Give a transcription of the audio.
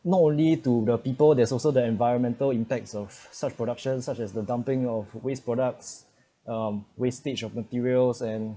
not only to the people there's also the environmental impacts of such productions such as the dumping of waste products um wastage of materials and